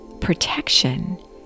protection